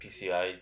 PCI